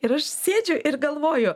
ir aš sėdžiu ir galvoju